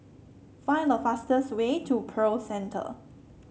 find the fastest way to Pearl Center